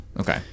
Okay